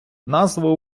назва